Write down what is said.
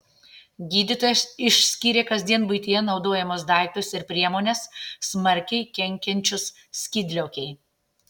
gydytojas išskyrė kasdien buityje naudojamus daiktus ir priemones smarkiai kenkiančius skydliaukei